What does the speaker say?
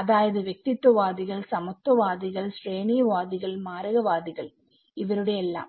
അതായത് വ്യക്തിത്വ വാദികൾ സമത്വവാദികൾ ശ്രേണിവാദികൾ മാരകവാദികൾ ഇവരുടെയെല്ലാം